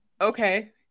Okay